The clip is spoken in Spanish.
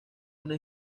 una